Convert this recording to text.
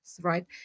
right